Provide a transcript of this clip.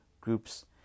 groups